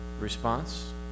response